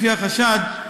לפי החשד,